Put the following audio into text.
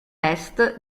est